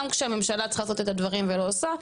גם כשהממשלה צריכה לעשות את הדברים ולא עושה.